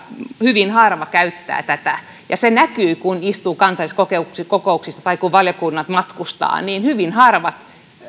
hyvin harva käyttää tätä ja se näkyy kun istuu kansainvälisissä kokouksissa tai kun valiokunnat matkustavat hyvin harvat